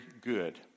good